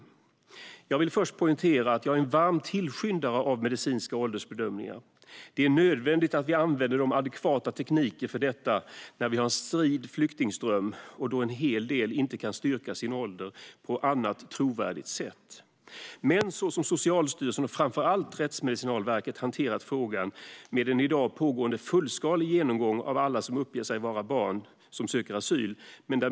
Jag vill först poängtera att jag är en varm tillskyndare av medicinska åldersbedömningar. Det är nödvändigt att vi använder de adekvata teknikerna för detta när vi har en strid flyktingström och en hel del inte kan styrka sin ålder på annat, trovärdigt sätt. Socialstyrelsen och framför allt Rättsmedicinalverket har hanterat frågan med en i dag pågående fullskalig genomgång av alla som uppger sig vara barn och som söker asyl.